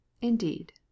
indeed